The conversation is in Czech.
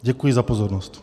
Děkuji za pozornost.